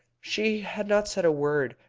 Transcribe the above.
she had not said a word,